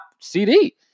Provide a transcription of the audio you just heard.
CD